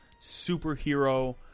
superhero